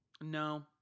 No